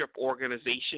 organization